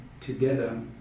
together